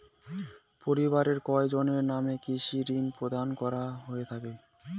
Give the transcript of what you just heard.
পরিবারের কয়জনের নামে কৃষি ঋণ প্রদান করা হয়ে থাকে?